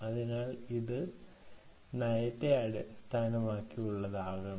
അതിനാൽ ഇത് പ്രോട്ടോകോൾ അടിസ്ഥാനമാക്കിയുള്ളതാകാം